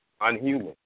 Unhuman